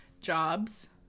jobs